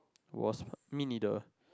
was mean leader